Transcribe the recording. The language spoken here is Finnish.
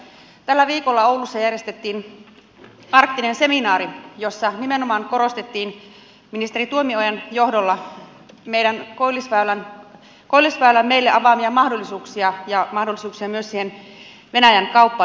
tällä viikolla oulussa järjestettiin arktinen seminaari jossa nimenomaan korostettiin ministeri tuomiojan johdolla koillisväylän meille avaamia mahdollisuuksia ja mahdollisuuksia myös siihen venäjän kauppaan